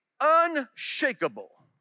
unshakable